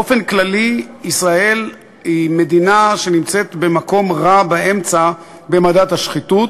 באופן כללי ישראל היא מדינה שנמצאת במקום רע באמצע במדד השחיתות.